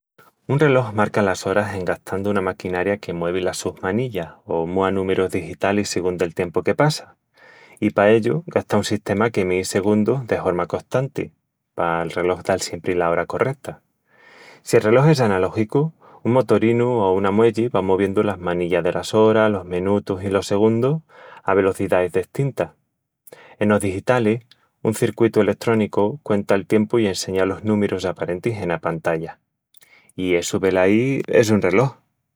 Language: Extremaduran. Un relós marca las oras en gastandu una maquinaria que muevi las sus manillas o múa númirus digitalis sigún del tiempu que passa... i pa ellu, gasta un sistema que míi segundus de horma costanti pal relós dal siempri la ora correta. Si el relós es analógicu, un motorinu o una muelli va moviendu las manillas delas oras, los menutus i los segundus a velocidais destintas. Enos digitalis, un circuitu eletrónicu cuenta'l tiempu i enseña los númirus aparentis ena pantalla. I essu velai es un relós!